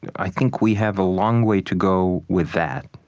i think we have a long way to go with that.